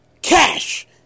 cash